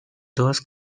todas